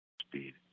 speed